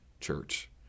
church